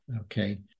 okay